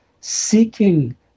seeking